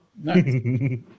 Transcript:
Nice